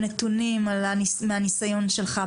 נתונים מהניסיון שלך,